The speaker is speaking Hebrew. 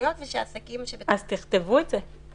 בחנויות ושהעסקים --- אז תכתבו את זה.